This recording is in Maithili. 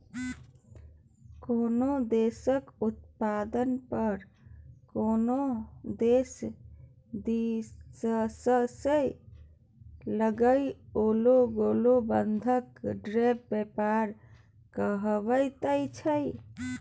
कोनो देशक उत्पाद पर कोनो देश दिससँ लगाओल गेल बंधन ट्रेड व्यापार कहाबैत छै